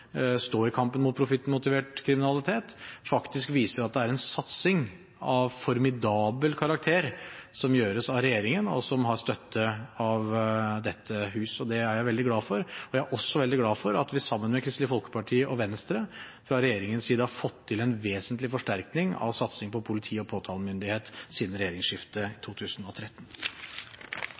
stå i kampen mot profittmotivert kriminalitet, faktisk viser at det er en satsing av formidabel karakter som gjøres av regjeringen, og som har støtte av dette hus. Det er jeg veldig glad for. Jeg er også veldig glad for at vi, sammen med Kristelig Folkeparti og Venstre, fra regjeringene side har fått til en vesentlig forsterkning av satsingen på politi og påtalemyndighet siden regjeringsskiftet 2013.